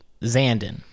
Zandon